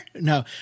No